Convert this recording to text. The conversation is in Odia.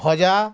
ଭଜା